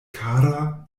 kara